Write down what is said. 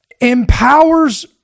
empowers